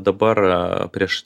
dabar prieš